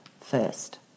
first